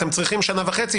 אתם צריכים שנה וחצי,